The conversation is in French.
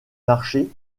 marchés